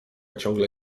ciągłe